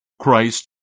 Christ